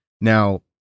Now